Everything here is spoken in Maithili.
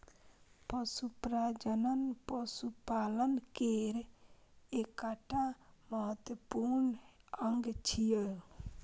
पशु प्रजनन पशुपालन केर एकटा महत्वपूर्ण अंग छियै